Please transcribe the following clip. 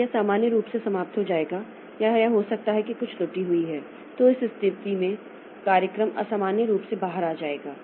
तो यह सामान्य रूप से समाप्त हो जाएगा या यह हो सकता है कि कुछ त्रुटि हुई है तो उस स्थिति में कार्यक्रम असामान्य रूप से बाहर आ जाएगा